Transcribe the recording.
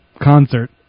concert